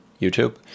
YouTube